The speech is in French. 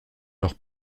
leur